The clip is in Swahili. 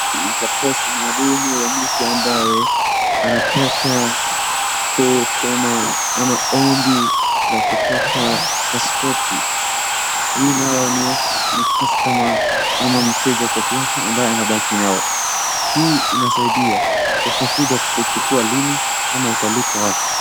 Ni karatasi maalum ya mtu ambaye anataka kutuma ama ombi la kupata passpoti, hii nayo ni copy ya mteja anabaki nayo. Hii inasaidia unakuja kuchukua wapi ama utalipa wapi.